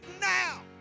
now